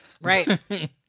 Right